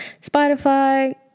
spotify